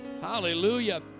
hallelujah